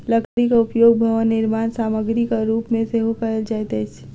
लकड़ीक उपयोग भवन निर्माण सामग्रीक रूप मे सेहो कयल जाइत अछि